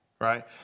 right